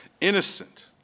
innocent